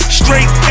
straight